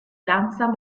danza